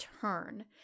turn